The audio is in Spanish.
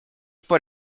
por